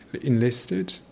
enlisted